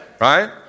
right